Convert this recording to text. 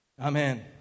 Amen